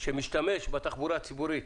שמשתמש בתחבורה הציבורית